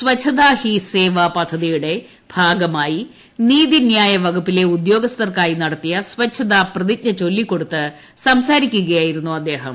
സ്വച്ഛതാ ഹി സേവ പദ്ധതിയുടെ ഭാഗമായി നീതിന്യായ വകുപ്പിലെ ഉദ്യോഗസ്ഥർക്കായി നടത്തിയ സ്വച്ഛതാ പ്രതിജ്ഞ ചൊല്ലിക്കൊടുത്ത് സംസാരിക്കുകയായിരുന്നു അദ്ദേഹം